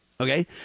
Okay